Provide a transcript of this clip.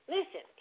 Listen